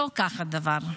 לא כך הדבר.